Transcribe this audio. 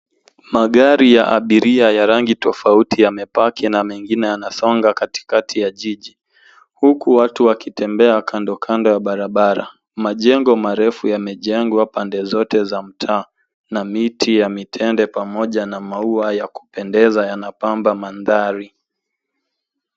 Magari ya abiria ya rangi tofauti yamepaki na mengine yanasonga katikakati ya jiji huku watu wakitembea kando kando ya barabara. Majengo marefu yamejengwa pande zote za mtaa na miti ya mitende pamoja na maua yakupendeza yanapamba mandhari.